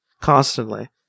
Constantly